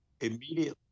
immediately